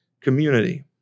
community